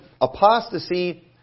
apostasy